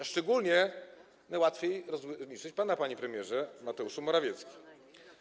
A szczególnie najłatwiej rozliczyć pana, panie premierze Mateuszu Morawiecki.